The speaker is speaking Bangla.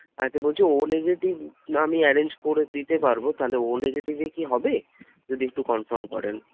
আচ্ছা বলছি ও নেগেটিভ আমি অ্যারেঞ্জ করে দিতে পারবো তাহলে ও নেগেটিভে কি হবে যদি একটু কনফার্ম করেন